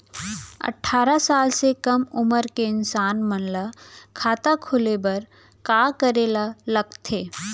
अट्ठारह साल से कम उमर के इंसान मन ला खाता खोले बर का करे ला लगथे?